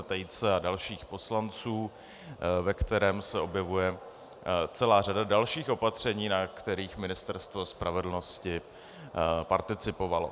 Tejce a dalších poslanců, ve kterém se objevuje celá řada dalších opatření, na kterých Ministerstvo spravedlnosti participovalo.